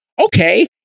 okay